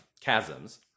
chasms